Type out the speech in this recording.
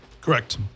Correct